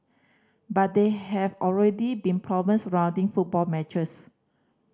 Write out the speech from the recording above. but there have already been problems surrounding football matches